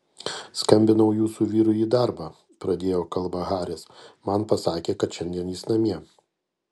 skambinau jūsų vyrui į darbą pradėjo kalbą haris man pasakė kad šiandien jis namie